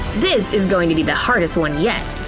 this is going to be the hardest one yet!